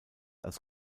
als